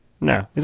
No